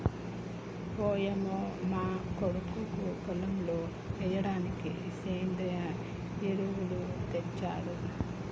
ఓయంమో మా కొడుకు పొలంలో ఎయ్యిడానికి సెంద్రియ ఎరువులు తెచ్చాడు